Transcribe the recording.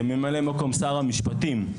כממלא מקום שר המשפטים,